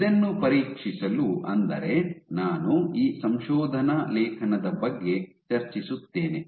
ಇದನ್ನು ಪರೀಕ್ಷಿಸಲು ಅಂದರೆ ನಾನು ಈ ಸಂಶೋಧನಾ ಲೇಖನದ ಬಗ್ಗೆ ಚರ್ಚಿಸುತ್ತೇನೆ